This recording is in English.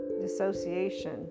dissociation